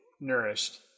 nourished